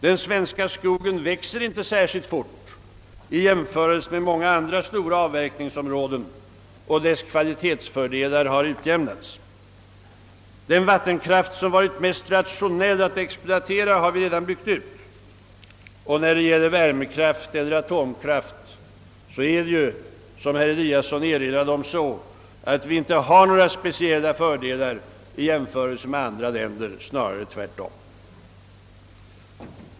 Den svenska skogen växer inte särskilt fort i jämförelse med förhållandena på många andra stora avverkningsområden och dess kvalitetsfördelar har utjämnats. Den vattenkraft som varit mest rationell att exploatera har vi redan byggt ut, och när det gäller värmekraft och atomkraft har vi inte, som herr Eliasson i Sundborn erinrade om, några speciella fördelar i jämförelse med andra länder — snarare tvärtom.